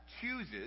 chooses